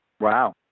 wow